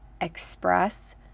express